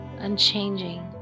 unchanging